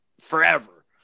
forever